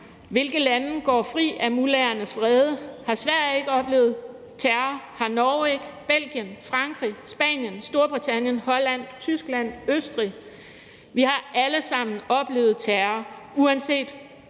hvilke lande der går fri af mullahernes vrede. Har Sverige ikke oplevet terror? Har Norge, Belgien, Frankrig, Spanien, Storbritannien, Holland, Tyskland og Østrig ikke oplevet terror? Vi har alle sammen oplevet terror uanset